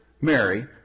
Mary